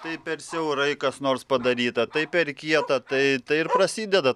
tai per siaurai kas nors padaryta tai per kieta tai tai ir prasideda